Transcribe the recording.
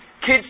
Kids